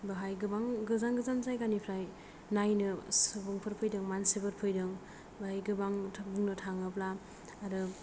बाहाय गोजान गोजान जायगानिफ्राइ नायनो सुबुंफोर फैदों मानसिफोर फैदों ओमफ्राय गोबांथार बुंनो थाङोब्ला आरो